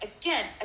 again